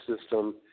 system